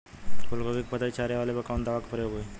फूलगोभी के पतई चारे वाला पे कवन दवा के प्रयोग होई?